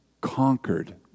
conquered